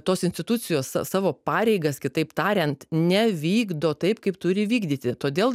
tos institucijos sa savo pareigas kitaip tariant nevykdo taip kaip turi vykdyti todėl